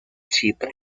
chipre